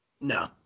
No